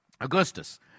Augustus